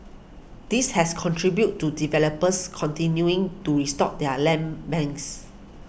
this has contributed to developers continuing to restock their land banks